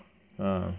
ah